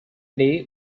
day